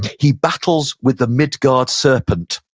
he battles with the midgard serpent,